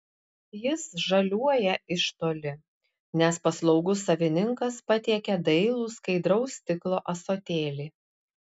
jis žaliuoja iš toli nes paslaugus savininkas patiekia dailų skaidraus stiklo ąsotėlį